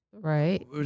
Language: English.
right